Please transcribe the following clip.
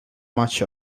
much